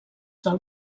del